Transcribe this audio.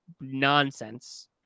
nonsense